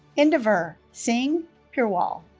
indervir singh purewal